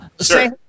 say